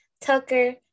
Tucker